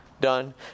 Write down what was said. Done